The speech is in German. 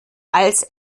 als